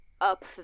up